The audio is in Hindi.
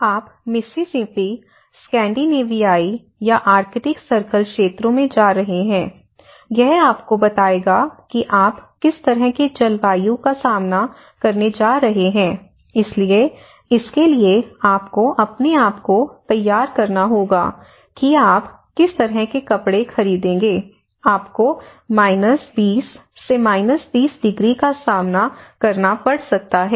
आप मिसिसिपी स्कैंडिनेवियाई या आर्कटिक सर्कल क्षेत्रों में जा रहे हैं यह आपको बताएगा कि आप किस तरह की जलवायु का सामना करने जा रहे हैं इसलिए इसके लिए आपको अपने आप को तैयार करना होगा कि आपको किस तरह के कपड़े खरीदने हैं आपको 20 30 डिग्री का सामना करना पड़ सकता है